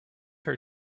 her